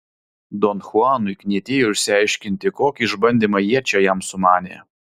don chuanui knietėjo išsiaiškinti kokį išbandymą jie čia jam sumanė